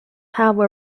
have